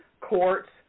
courts